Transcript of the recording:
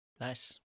Nice